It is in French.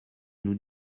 nous